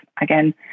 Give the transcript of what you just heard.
Again